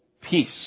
peace